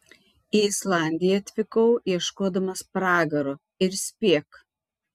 į islandiją atvykau ieškodamas pragaro ir spėk